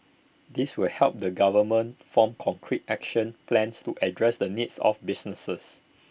this will help the government form concrete action plans to address the needs of businesses